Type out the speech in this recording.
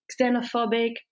xenophobic